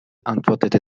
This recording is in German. antwortete